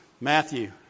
Matthew